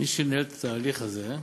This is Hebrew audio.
מי שניהל את ההליך הזה הוא